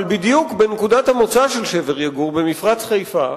אבל בדיוק בנקודת המוצא של שבר יגור, במפרץ חיפה,